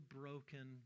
broken